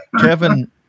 Kevin